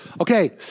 Okay